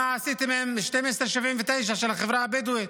מה עשיתם עם 1279 של החברה הבדואית?